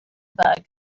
bug